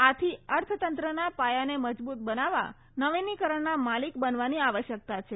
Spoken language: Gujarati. આથી અર્થતંત્રના પાયાને મજબુત બનાવવા નવીનીકરણના માલિક બનવાની આવશ્યકતા છે